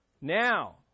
Now